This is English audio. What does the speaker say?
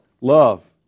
Love